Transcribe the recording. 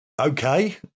Okay